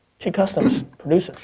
tcustomz, producer.